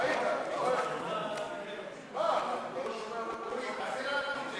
סעיף 73, מפעלי מים,